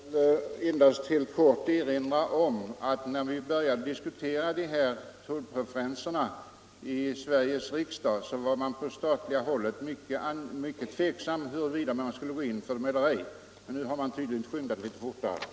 Herr talman! Jag vill helt kort erinra om att när vi började diskutera tullpreferenserna i Sveriges riksdag var man på den statliga sidan mycket tveksam om huruvida man skulle gå in för dem eller inte, men nu har man tydligen skyndat fortare.